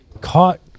Caught